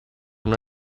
una